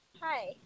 Hi